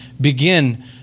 begin